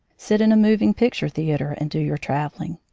sit in a moving picture theater and do your traveling.